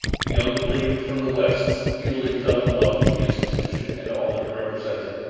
the young plebe from the west speedily fell in love with the institution and all that it represented.